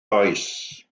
oes